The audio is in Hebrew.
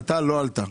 עלתה או לא עלתה.